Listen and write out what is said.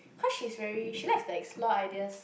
cause she's very she likes to explore ideas